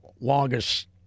longest –